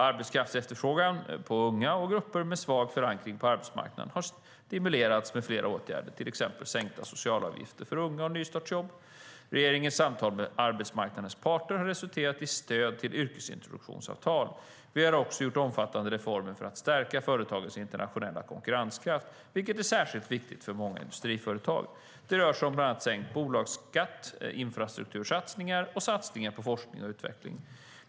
Arbetskraftsefterfrågan på unga och grupper med svag förankring på arbetsmarknaden har stimulerats med flera åtgärder, till exempel sänkta socialavgifter för unga och nystartsjobb. Regeringens samtal med arbetsmarknadens parter har resulterat i stöd till yrkesintroduktionsavtal. Vi har också gjort omfattande reformer för att stärka företagens internationella konkurrenskraft, vilket är särskilt viktigt för många industriföretag. Det rör sig bland annat om sänkt bolagsskatt, infrastruktursatsningar och satsningar på forskning och utveckling.